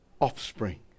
offspring